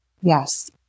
Yes